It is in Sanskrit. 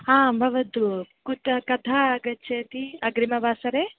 हां भवतु कुतः कथम् आगच्छति अग्रिमवासरे